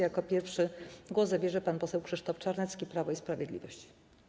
Jako pierwszy głos zabierze pan poseł Krzysztof Czarnecki, Prawo i Sprawiedliwość.